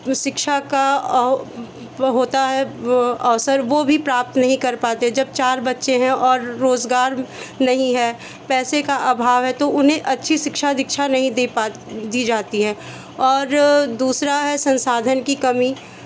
शिक्षा का होता है वो अवसर वो भी प्राप्त नहीं कर पाते जब चार बच्चे हैं और रोज़गार नहीं है पैसे का अभाव है तो उन्हें अच्छी शिक्षा दीक्षा नहीं दे दी जाती है और दूसरा है संसाधन की कमी